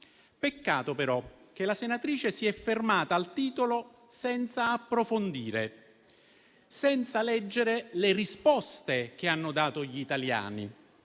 Peccato però che la senatrice si è fermata al titolo senza approfondire, senza leggere le risposte che hanno dato gli italiani.